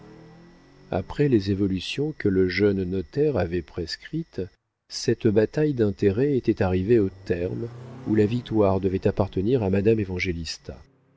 après les évolutions que le jeune notaire avait prescrites cette bataille d'intérêts était arrivée au terme où la victoire devait appartenir à madame évangélista